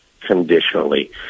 conditionally